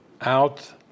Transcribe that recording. out